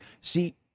See